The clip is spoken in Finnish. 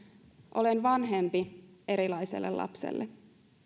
olen vanhempi erilaiselle lapselle